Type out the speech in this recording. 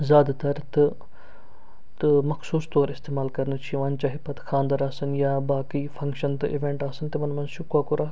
زیادٕ تَر تہٕ تہٕ مَخصوٗص طور اِٮستعمال کَرنہٕ چھُ یِوان چاہے پَتہٕ خانٛدر آسن یا باقٕے فَنکشَن تہٕ اِوینٛٹ آسن تِمَن منٛز چھُ کۄکُر اکھ